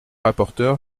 rapporteur